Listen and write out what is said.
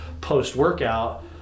post-workout